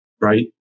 Right